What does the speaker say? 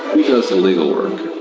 does the legal work.